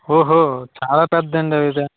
ఓహో చాలా పెద్దండి ఐతే